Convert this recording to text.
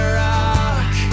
rock